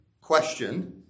question